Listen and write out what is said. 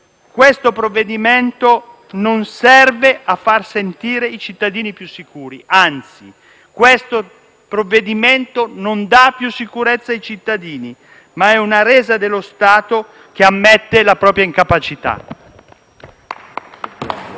Questo provvedimento non serve a far sentire i cittadini più sicuri, anzi, questo provvedimento non dà più sicurezza ai cittadini, ma è una resa dello Stato, che ammette la propria incapacità.